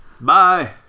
Bye